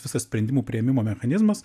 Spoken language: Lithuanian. visas sprendimų priėmimo mechanizmas